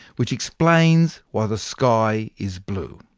which explains why the sky is blue.